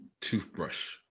toothbrush